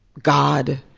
god.